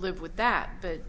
live with that but